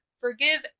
forgive